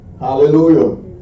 Hallelujah